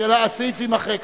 אנחנו הורדנו עד עמוד 34,